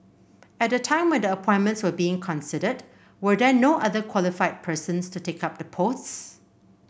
at the time when the appointments were being considered were there no other qualified persons to take up the posts